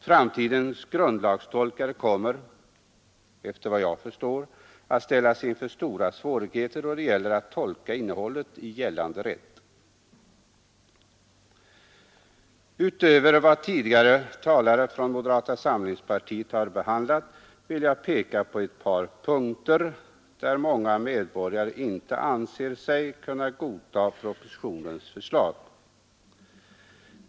Framtidens grundlagstolkare kommer efter vad jag förstår att ställas inför stora svårigheter då det gäller att tolka innehållet i gällande rätt. Utöver vad tidigare talare från moderata samlingspartiet anfört vill jag peka på några andra punkter, där många medborgare inte anser sig kunna godta propositionens förslag.